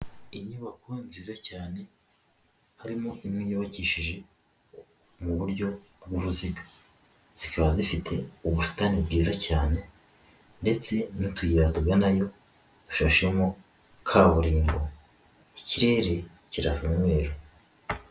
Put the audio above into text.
Inyubako nziza cyane harimo imwe yubakishije mu buryo bw'uruziga zikaba zifite ubusitani bwiza cyane ndetse n'utuyira tuganayo dufashemo kaburimbo, ikirere kirasa umweru.